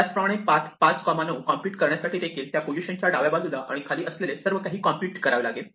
त्याचप्रमाणे path 5 9 compute करण्यासाठी देखील त्या पोझिशन च्या डाव्या बाजूला आणि खाली असलेले सर्व काही कॉम्प्युट करावे लागेल